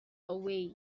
away